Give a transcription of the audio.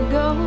go